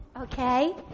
Okay